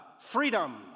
freedom